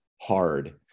hard